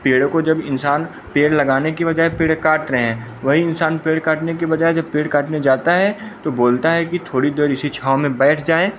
पेड़ों को जब इंसान पेड़ लगाने की बजाए पेड़ काट रहे हैं वही इंसान पेड़ काटने के बजाए जब पेड़ काटने जाता है तो बोलता है कि थोड़ी देर इसी छाँव में बाइठ जाए